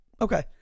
okay